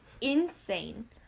insane